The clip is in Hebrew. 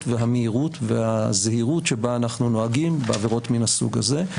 והמהירות והזהירות שבה אנחנו נוהגים בעבירות מן הסוג הזה.